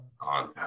on